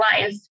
life